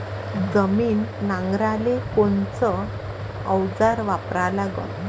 जमीन नांगराले कोनचं अवजार वापरा लागन?